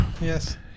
Yes